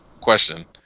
question